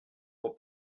pour